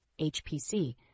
HPC